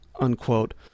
unquote